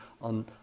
on